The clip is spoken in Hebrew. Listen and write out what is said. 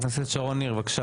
חברת הכנסת שרון ניר, בבקשה.